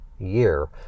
year